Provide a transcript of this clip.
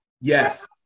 yes